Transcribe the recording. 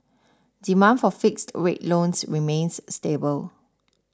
demand for fixed rate loans remains stable